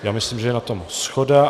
Já myslím, že je na tom shoda.